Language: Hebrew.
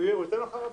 הוא ייתן לך תשובה.